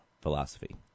philosophy